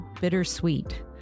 bittersweet